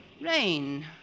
Rain